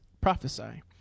prophesy